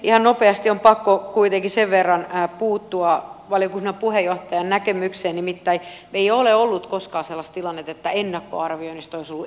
ihan nopeasti on pakko kuitenkin sen verran puuttua valiokunnan puheenjohtajan näkemykseen että ei ole ollut koskaan sellaista tilannetta että ennakkoarvioinnista olisi ollut erimielisyyttä